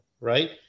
right